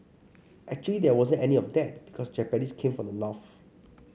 actually there wasn't any of that because the Japanese came from the north